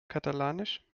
katalanisch